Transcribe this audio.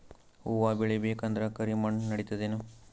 ಹುವ ಬೇಳಿ ಬೇಕಂದ್ರ ಕರಿಮಣ್ ನಡಿತದೇನು?